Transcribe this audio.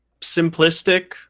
simplistic